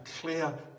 clear